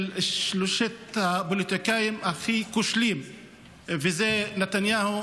שלושת הפוליטיקאים הכי כושלים נתניהו,